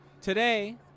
Today